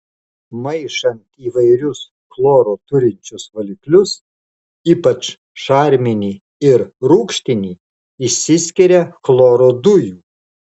maišant įvairius chloro turinčius valiklius ypač šarminį ir rūgštinį išsiskiria chloro dujų